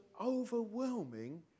overwhelming